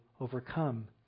overcome